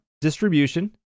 distribution